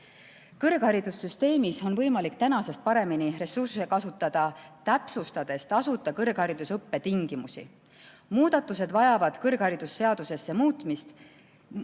Kõrgharidussüsteemis on võimalik tänasest paremini ressursse kasutada, täpsustades tasuta kõrghariduse õppetingimusi. Muudatused vajavad kõrgharidusseaduse muutmist,